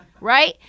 right